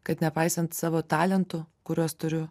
kad nepaisant savo talentų kuriuos turiu